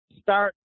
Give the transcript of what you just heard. start